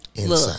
Look